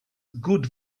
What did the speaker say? good